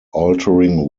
altering